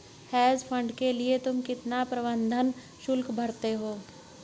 Hedge fund के लिए तुम कितना प्रबंधन शुल्क भरते हो?